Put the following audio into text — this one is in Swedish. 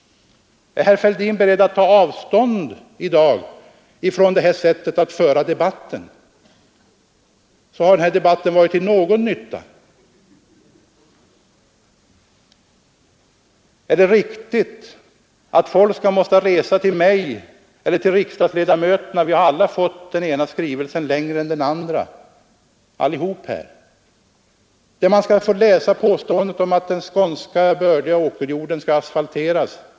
Är herr Fälldin beredd att i dag ta avstånd från detta sätt att föra debatten, så har denna debatt här i kammaren varit till någon nytta. Är det riktigt att folk skall resa långa vägar eller skriva brev till mig eller till riksdagsledamöter? Vi har allihop fått den ena skrivelsen längre än den andra, där vi kunnat läsa påståenden om att den bördiga skånska åkerjorden skall asfalteras.